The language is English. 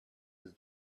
his